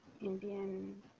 Indian